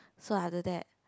so after that